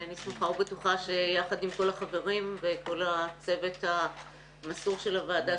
אני סמוכה ובטוחה שיחד עם כל החברים וכל הצוות המסור של הוועדה,